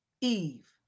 Eve